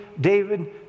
David